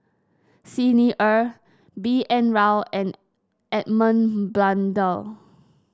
Xi Ni Er B N Rao and Edmund Blundell